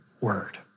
word